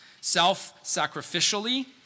self-sacrificially